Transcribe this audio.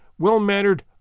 well-mannered